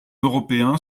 européen